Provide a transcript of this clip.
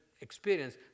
experience